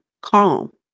calm